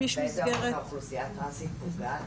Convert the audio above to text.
באיזה אופן האוכלוסייה הטרנסית פוגעת